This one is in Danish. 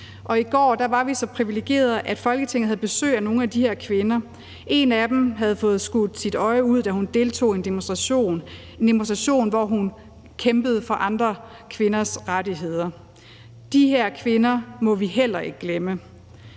Og i går var vi så privilegerede, at Folketinget havde besøg af nogle af de her kvinder. En af dem havde fået skudt sit øje ud, da hun deltog i en demonstration – en demonstration, hvor hun kæmpede for andre kvinders rettigheder. De her kvinder må vi heller ikke glemme.